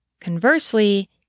Conversely